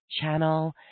channel